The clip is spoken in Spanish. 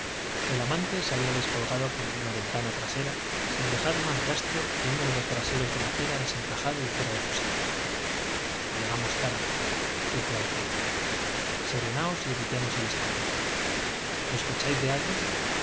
el amante se había descolgado por una ventana trasera sin dejar más rastro que uno de los braseros de la cera desencajado y fuera de su sitio llegamos tarde dijo el alcalde serenaos y evitemos el escándalo sospecháis de alguien